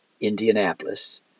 Indianapolis